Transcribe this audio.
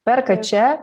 perka čia